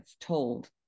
told